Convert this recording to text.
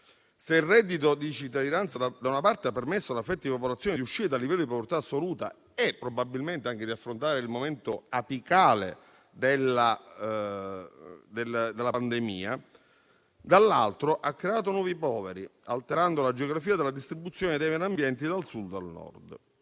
Se il reddito di cittadinanza, da una parte, ha permesso a una fetta di popolazione di uscire da un livello di povertà assoluta e probabilmente anche di affrontare il momento apicale della pandemia; dall'altro ha creato nuovi poveri, alterando la geografia della distribuzione dei meno abbienti dal Sud al Nord.